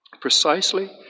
Precisely